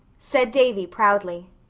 said davy proudly.